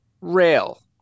rail